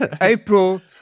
April